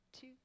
two